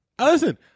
Listen